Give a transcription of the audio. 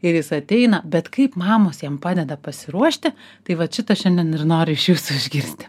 ir jis ateina bet kaip mamos jam padeda pasiruošti tai vat šitą šiandien ir nori iš jūsų išgirsti